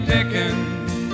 Dickens